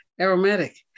aromatic